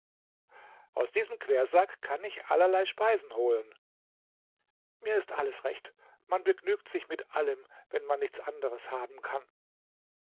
aus diesem quersack kann ich allerlei speisen holen mir ist alles recht man begnügt sich mit allem wenn man nichts anderes haben kann